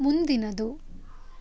ಮುಂದಿನದು